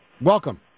welcome